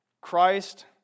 Christ